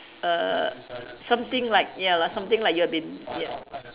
err something like ya lah something like you have been yeah